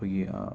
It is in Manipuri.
ꯑꯩꯈꯣꯏꯒꯤ